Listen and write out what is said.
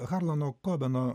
harlano kobeno